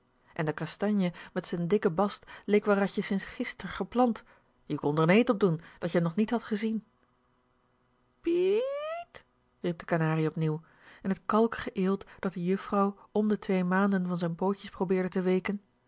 en de kastanje met z'n dikke bast leek waaratje sinds gister geplant je kon d'r n eed op doen dat je m nog niet had ge zien pie ie iet riep de kanarie opnieuw en t kalkige eelt dat de juffrouw om de twee maanden van z'n pootjes probeerde te weeken